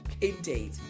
Indeed